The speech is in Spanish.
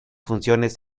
funciones